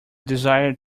desire